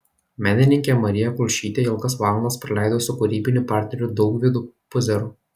menininkė marija kulšytė ilgas valandas praleido su kūrybiniu partneriu daugvydu puzeru